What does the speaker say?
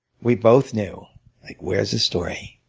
we both knew where's the story?